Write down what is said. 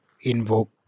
invoke